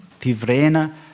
Tivrena